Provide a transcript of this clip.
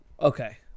Okay